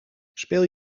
speel